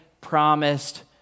Promised